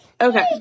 Okay